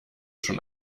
schon